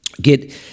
get